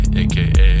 aka